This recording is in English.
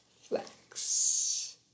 Flex